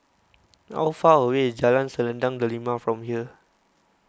how far away is Jalan Selendang Delima from here